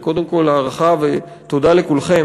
וקודם כול הערכה ותודה לכולכם